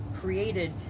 created